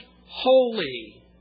holy